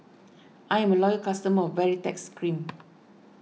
I'm a loyal customer of Baritex Cream